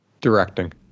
Directing